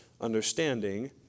understanding